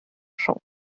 champ